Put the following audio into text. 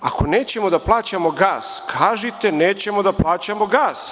Ako nećemo da plaćamo gas, kažite nećemo da plaćamo gas.